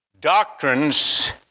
doctrines